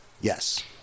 Yes